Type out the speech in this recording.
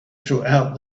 throughout